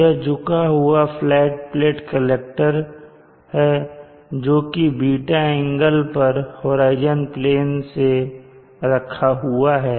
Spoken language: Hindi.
यह झुका हुआ फ्लैट प्लेट कलेक्टर है जोकि ß एंगल पर होराइजन प्लेन से रखा हुआ है